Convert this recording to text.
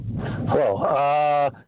Hello